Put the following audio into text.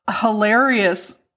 hilarious